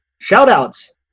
Shout-outs